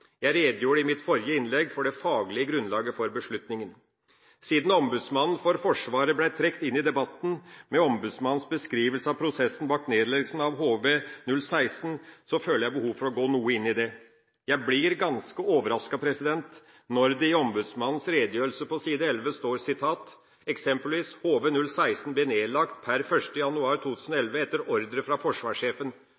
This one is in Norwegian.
Jeg redegjorde i mitt forrige innlegg for det faglige grunnlaget for beslutninga. Siden Ombudsmannen for Forsvaret ble trukket inn i debatten, med Ombudsmannens beskrivelse av prosessen bak nedleggelsen av HV-016, føler jeg behov for å gå noe inn i det: Jeg blir ganske overrasket når det i Ombudsmannens redegjørelse på side 11, står